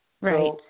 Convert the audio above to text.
right